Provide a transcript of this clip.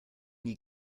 nie